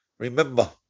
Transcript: Remember